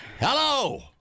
Hello